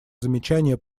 замечания